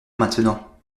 maintenant